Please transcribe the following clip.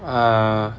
uh